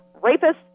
rapists